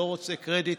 אני לא רוצה קרדיט,